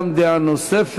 גם כן דעה נוספת.